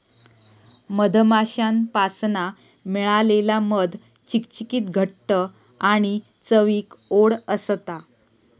मधमाश्यांपासना मिळालेला मध चिकचिकीत घट्ट आणि चवीक ओड असता